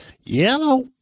yellow